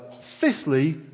fifthly